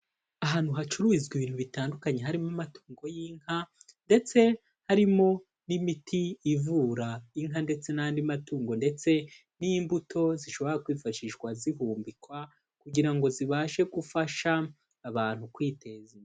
Ahantu hacururizwa ibintu bitandukanye harimo amatungo y'inka, ndetse harimo n'imiti ivura inka ndetse n'andi matungo, ndetse n'imbuto zishobora kwifashishwa zihumbikwa kugira ngo zibashe gufasha abantu kwiteza imbere.